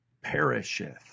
perisheth